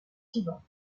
suivants